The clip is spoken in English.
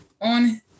on